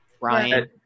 Ryan